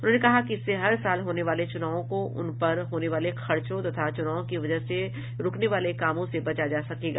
उन्होंने कहा कि इससे हर साल होने वाले चुनावों और उन पर होने वाले खर्चों तथा चूनावों की वजह से रुकने वाले कामों से बचा जा सकेगा